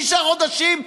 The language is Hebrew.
שישה חודשים,